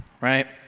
right